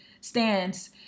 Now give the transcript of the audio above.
stands